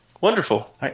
Wonderful